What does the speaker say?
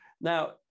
now